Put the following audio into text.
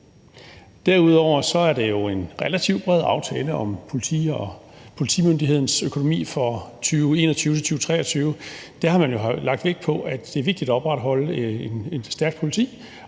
Derudover er det jo en relativt bred aftale om politimyndighedens økonomi for 2021-2023. Der har man jo lagt vægt på, at det er vigtigt at opretholde et stærkt politi,